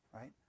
Right